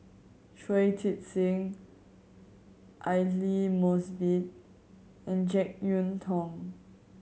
Shui Tit Sing Aidli Mosbit and Jek Yeun Thong